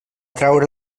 traure